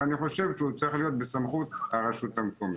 ואני חושב שהוא צריך להיות בסמכות הרשות המקומית.